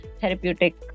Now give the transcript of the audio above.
therapeutic